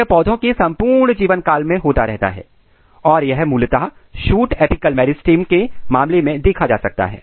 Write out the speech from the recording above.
यह पौधे के संपूर्ण जीवन काल में होता रहता है और यह मूलतः शूट अपिकल मेरिस्टम के मामले में देखा जा सकता है